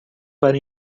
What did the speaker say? para